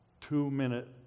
two-minute